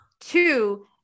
Two